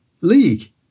league